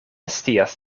scias